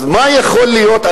אז מה יכול להיות,